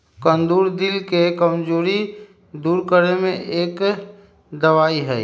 कुंदरू दिल के कमजोरी दूर करे में एक दवाई हई